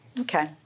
Okay